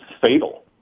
fatal